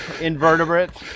invertebrates